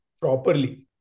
properly